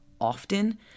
often